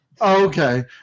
okay